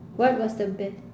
what was the best